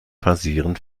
passieren